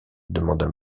demanda